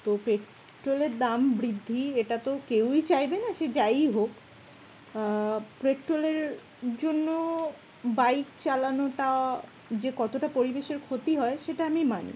তো পেট্রোলের দাম বৃদ্ধি এটা তো কেউই চাইবে না সে যাইই হোক পেট্রোলের জন্য বাইক চালানোটা যে কতটা পরিবেশের ক্ষতি হয় সেটা আমি মানি